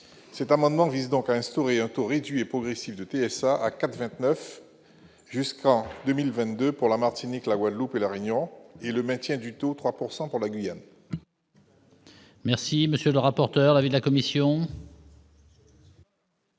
Cet amendement vise donc à instaurer un taux réduit et progressif de TSA à 4,29 % jusqu'en 2022 pour la Martinique, la Guadeloupe et La Réunion et à maintenir le taux de 3 % pour la Guyane.